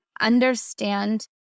understand